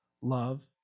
love